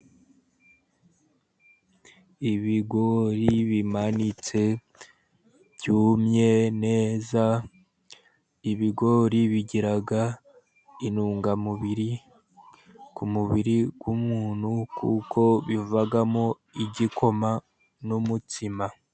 Ibigori bimanitse byumye neza, ibigori bigira intungamubiri ku mubiri w'umuntu kuko bivamo igikoma n'umutsima.